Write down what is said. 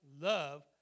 love